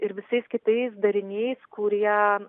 ir visais kitais dariniais kurie